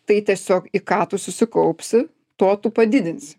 tai tiesiog į ką tu susikaupsi to tu padidinsi